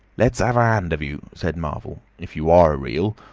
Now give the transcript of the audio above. let's have a hand of you, said marvel, if you are real.